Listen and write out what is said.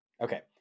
Okay